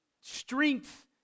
strength